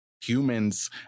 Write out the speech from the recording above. humans